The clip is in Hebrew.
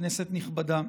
כנסת נכבדה,